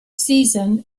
season